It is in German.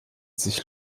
sich